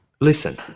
Listen